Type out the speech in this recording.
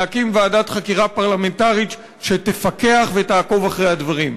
להקים ועדת חקירה פרלמנטרית שתפקח ותעקוב אחרי הדברים.